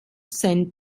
sent